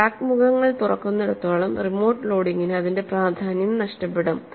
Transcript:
crack മുഖങ്ങൾ തുറക്കുന്നിടത്തോളം remote ലോഡിംഗിന് അതിന്റെ പ്രാധാന്യം നഷ്ടപ്പെടും